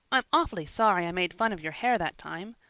i'm awfully sorry i made fun of your hair that time.